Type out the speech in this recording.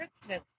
Christmas